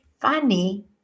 funny